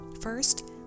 First